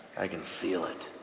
i can feel it.